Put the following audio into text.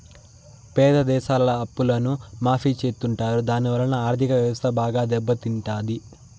పేద దేశాల అప్పులను మాఫీ చెత్తుంటారు దాని వలన ఆర్ధిక వ్యవస్థ బాగా దెబ్బ తింటాది